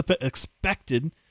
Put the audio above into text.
expected